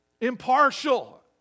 impartial